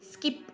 skip